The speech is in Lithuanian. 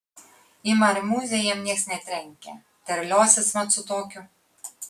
į marmuzę jam niekas netrenkia terliosis mat su tokiu